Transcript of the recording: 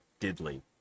diddly